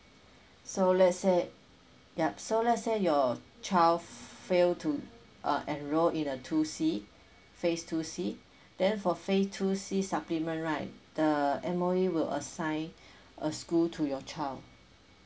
so let's say yup so let's say your child fail to uh enrol in uh two phase two C then for phase two C supplement right the M_O_E will assign a school to your child